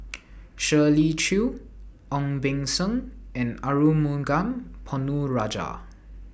Shirley Chew Ong Beng Seng and Arumugam Ponnu Rajah